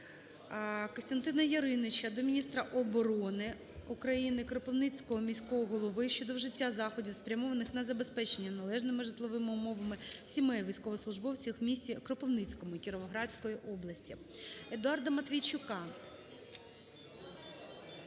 КостянтинаЯриніча до міністра оборони України, Кропивницького міського голови щодо вжиття заходів, спрямованих на забезпечення належними житловими умовами сімей військовослужбовців в місті Кропивницькому Кіровоградської області. Едуарда Матвійчука